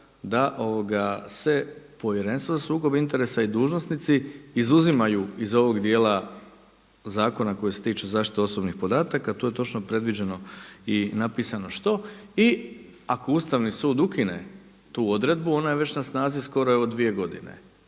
da se Povjerenstvo za sukob interesa i dužnosnici izuzimaju iz ovog dijela zakona koji se tiču zaštite osobnih podataka, to je točno predviđeno i napisano što i ako Ustavni sud ukine tu odredbu ona je već na snazi skoro evo dvije godine